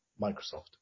Microsoft